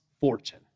fortune